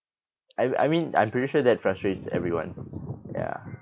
I I mean I'm pretty sure that frustrates everyone ya